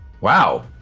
Wow